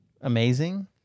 amazing